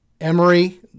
Emory